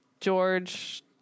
George